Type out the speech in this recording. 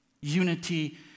Unity